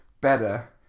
better